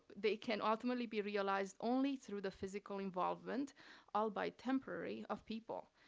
they can ultimately be realized only through the physical involvement albeit temporary of people.